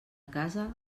casa